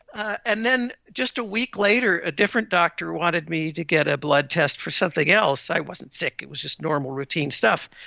ah and then just a week later a different doctor wanted me to get a blood test for something else, else, i wasn't sick, it was just normal routine stuff,